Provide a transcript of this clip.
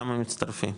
כמה מצטרפים,